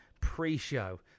pre-show